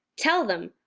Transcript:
tell them!